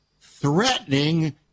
threatening